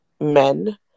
men